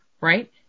right